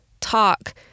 talk